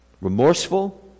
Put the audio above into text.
remorseful